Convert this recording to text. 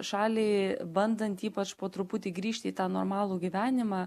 šaliai bandant ypač po truputį grįžti į tą normalų gyvenimą